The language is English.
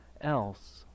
else